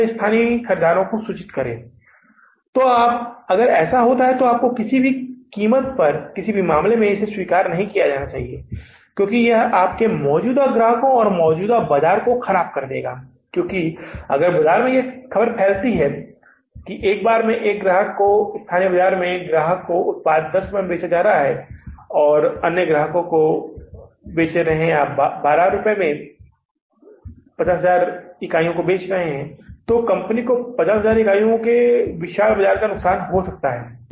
यदि वे स्थानीय खरीदारों को सूचित करते हैं तो आपको किसी भी कीमत पर किसी भी मामले में स्वीकार नहीं किया जाना चाहिए क्योंकि यह आपके मौजूदा ग्राहकों या मौजूदा बाजार को खराब कर देगा क्योंकि अगर बाजार में खबर फैलती है कि एक बार में एक ग्राहक को स्थानीय बाजार में ग्राहक को उत्पाद 10 रुपये में बेचा गया है और अन्य ग्राहकों को वे बेच रहे हैं या 50000 इकाइयों को बेच रहे हैं जो 12 रुपये में बेचा जा रहा है तो कंपनी को 50000 इकाइयों के विशाल बाजार का नुकसान हो सकता है